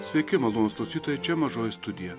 sveiki malonūs klausytojai čia mažoji studija